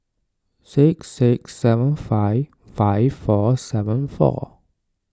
six six seven five five four seven four